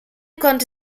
konnte